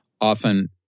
Often